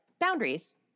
boundaries